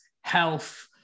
health